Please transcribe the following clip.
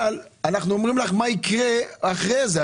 אבל אנחנו אומרים לך מה יקרה אחרי זה.